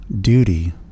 duty